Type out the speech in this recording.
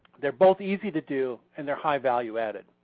they're both easy to do and their high value at it.